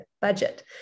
budget